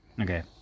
Okay